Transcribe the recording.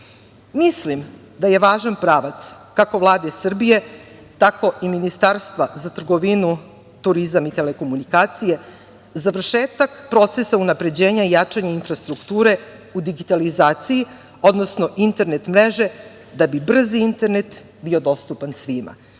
upravu. Mislim da je važan pravac, kako Vlade Srbije, tako i Ministarstva za trgovinu, turizam i telekomunikacije, završetak procesa unapređenje i jačanje infrastrukture u digitalizaciji, odnosno internet mreže, da bi brzi internet bio dostupan svima,